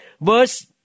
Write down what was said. Verse